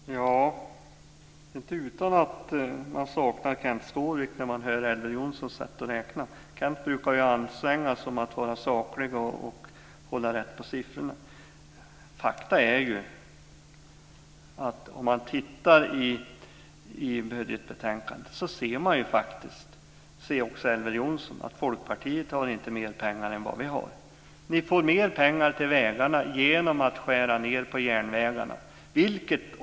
Fru talman! Det är inte utan att man saknar Kenth Skårvik när man får höra hur Elver Jonsson räknar. Kenth brukar anstränga sig för att vara saklig och hålla rätt på siffrorna. Faktum är ju att Folkpartiet inte har mer pengar än vad vi har i budgetbetänkandet. Det kan också Elver Jonsson se. Ni får mer pengar till vägarna genom att skära ned på järnvägarna.